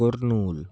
Kurnool